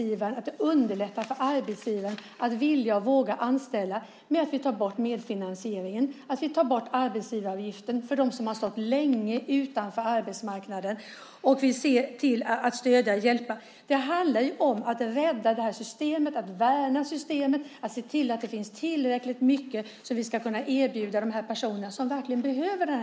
Vi ska underlätta för arbetsgivaren att vilja och våga anställa genom att vi tar bort medfinansieringen samt arbetsgivaravgiften för dem som stått länge utanför arbetsmarknaden. Vi ser till att stödja och hjälpa dem. Det handlar om att rädda systemet, att värna systemet, att se till att det finns tillräckligt mycket så att vi kan erbjuda hjälp för de personer som verkligen behöver det.